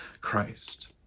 Christ